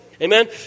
Amen